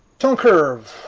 tone curve.